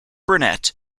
burnet